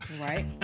right